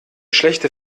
schlechte